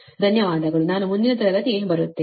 ಧನ್ಯವಾದಗಳು ನಾನು ಮುಂದಿನ ತರಗತಿಗೆ ಬರುತ್ತೇನೆ